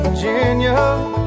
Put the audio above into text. Virginia